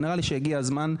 נראה לי שהגיע הזמן,